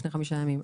לפני חמישה ימים.